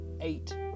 eight